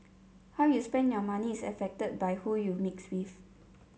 how you spend your money is affected by who you mix with